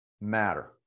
matter